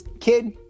Kid